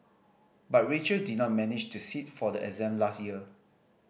but Rachel did not manage to sit for the exam last year